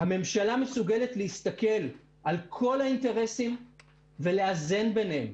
הממשלה מסוגלת להסתכל על כל האינטרסים ולאזן ביניהם.